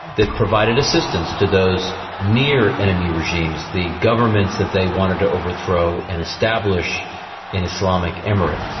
that provided assistance to those near enemy regimes, the governments that they wanted to overthrow and establish an islamic emirate.